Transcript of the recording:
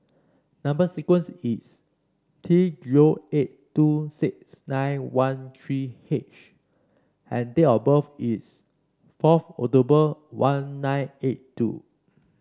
number sequence is T zero eight two six nine one three H and date of birth is fourth October one nine eight two